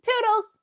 Toodles